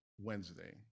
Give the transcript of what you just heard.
Wednesday